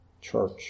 church